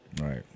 right